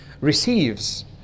receives